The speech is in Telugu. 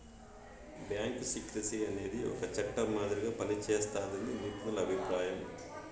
బ్యాంకు సీక్రెసీ అనేది ఒక చట్టం మాదిరిగా పనిజేస్తాదని నిపుణుల అభిప్రాయం